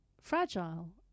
fragile